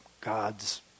God's